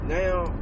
Now